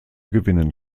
gewinnen